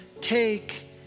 Take